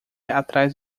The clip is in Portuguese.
atrás